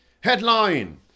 Headline